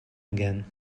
again